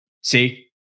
See